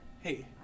Hey